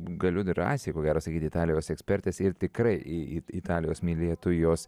galiu drąsiai ko gero sakyti italijos ekspertės ir tikrai it italijos mylėtojos